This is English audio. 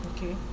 Okay